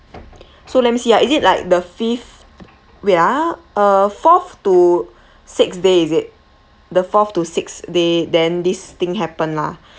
so let me see ah is it like the fifth wait ah uh fourth to sixth day is it the fourth to sixth day then this thing happen lah